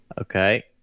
Okay